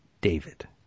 David